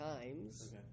times